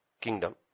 kingdom